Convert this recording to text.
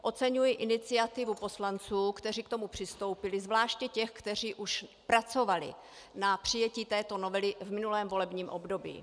Oceňuji iniciativu poslanců, kteří k tomu přistoupili, zvláště těch, kteří už pracovali na přijetí této novely v minulém volebním období.